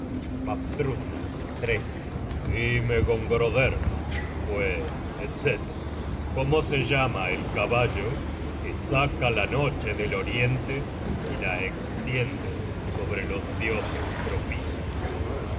luminosa vafthrudner dime gongroder pues etc cómo se llama el caballo que saca la noche del oriente y la estiende sobre los dioses propicios los